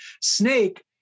snake